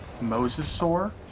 mosasaur